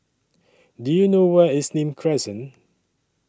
Do YOU know Where IS Nim Crescent